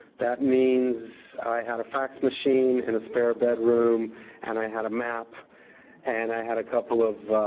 that means i had a fax machine and a spare bedroom and i had a map and i had a couple of